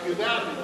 את יודעת את זה.